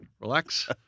relax